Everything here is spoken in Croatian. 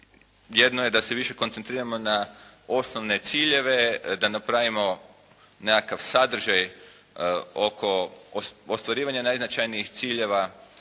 jedno je da se više koncentriramo na osnovne ciljeve, da napravimo nekakav sadržaj oko ostvarivanja najznačajnih ciljeva,